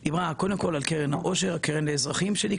על קרן העושר; קרן האזרחים.